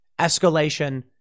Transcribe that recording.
escalation